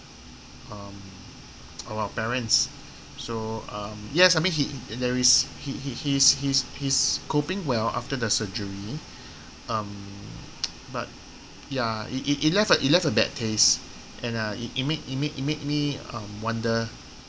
um of our parents so um yes I mean he there is he he he's he's he's coping well after the surgery um but ya it it it left it left a bad taste and uh it make it make it make me um wonder